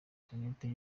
interineti